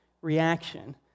reaction